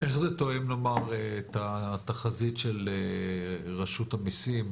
איך זה תואם נאמר את התחזית של רשות המיסים,